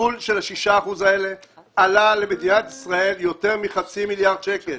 הביטול של ה-6 אחוזים האלה עלה למדינת ישראל יותר מחצי מיליארד שקלים.